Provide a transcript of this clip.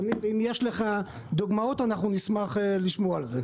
עמיר, אם יש לך דוגמאות, אנחנו נשמח לשמוע על זה.